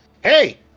Hey